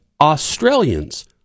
Australians